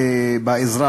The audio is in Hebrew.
בעזרה,